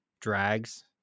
drags